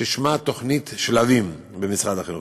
במסגרת תוכנית שלבים, במשרד החינוך.